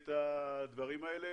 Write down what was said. את הדברים האלה,